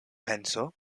penso